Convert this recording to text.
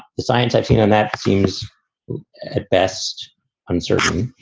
the science i've seen. and that seems at best uncertain.